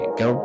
go